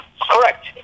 correct